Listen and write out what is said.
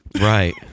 Right